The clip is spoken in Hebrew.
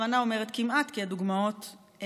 בכוונה אני אומרת "כמעט", כי הדוגמאות ידועות.